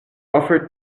offer